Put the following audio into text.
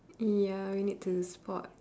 ya we need to spot